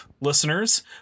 listeners